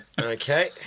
Okay